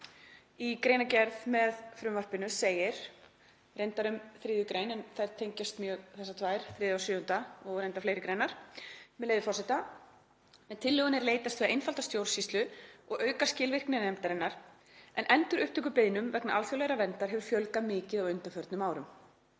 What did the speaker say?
í greinargerð með frumvarpinu segir, reyndar um 3. gr. en þær tengjast mjög, þessar tvær, 3. og 7. gr., og reyndar fleiri greinar, með leyfi forseta: „Með tillögunni er leitast við að einfalda stjórnsýslu og auka skilvirkni nefndarinnar en endurupptökubeiðnum vegna alþjóðlegrar verndar hefur fjölgað mikið á undanförnum árum.